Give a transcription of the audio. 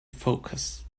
focus